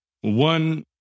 One